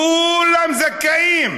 כו-לם זכאים?